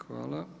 Hvala.